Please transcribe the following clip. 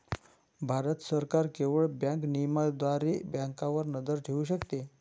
भारत सरकार केवळ बँक नियमनाद्वारे बँकांवर नजर ठेवू शकते